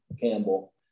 Campbell